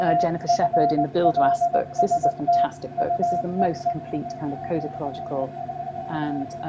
ah jennifer sheppard, in the buildwas books this is a fantastic book. this is the most complete kind of codicological and